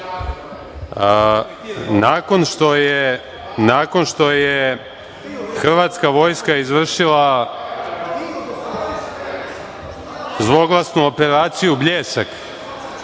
što je hrvatska vojska izvršila zloglasnu operaciju „Bljesak“,